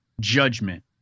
judgment